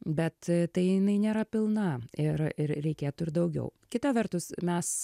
bet tai jinai nėra pilna ir ir reikėtų ir daugiau kita vertus mes